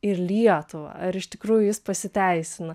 ir lietuvą ar iš tikrųjų jis pasiteisina